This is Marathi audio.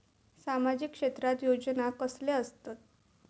सामाजिक क्षेत्रात योजना कसले असतत?